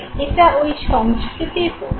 এটা ঐ সংস্কৃতির প্রভাব